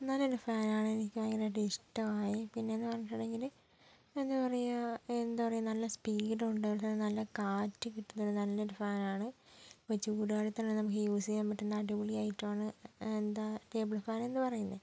നല്ലൊരു ഫാനാണ് എനിക്ക് ഭയങ്കരമായിട്ട് ഇഷ്ടമായി പിന്നെ എന്ന് പറഞ്ഞിട്ടുണ്ടെങ്കിൽ എന്താ പറയുക എന്താ പറയുക നല്ല സ്പീഡ് ഉണ്ട് നല്ല കാറ്റ് കിട്ടുന്നുണ്ട് നല്ലൊരു ഫാനാണ് ഇപ്പം ചൂട് കാലത്തൊക്കെ നമുക്ക് യൂസ് ചെയ്യാൻ പറ്റുന്ന അടിപൊളി ഐറ്റമാണ് എന്താ ടേബിൾ ഫാനെന്ന് പറയുന്നത്